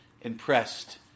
impressed